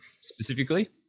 specifically